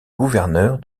gouverneur